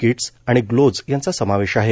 kits आणि gloves यांचा समावेश आहे